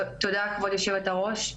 תודה, כבוד יושבת הראש.